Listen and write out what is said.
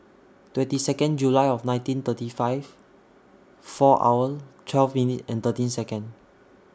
twenty Second July of nineteen thirty five four hour twelve minute thirteen Second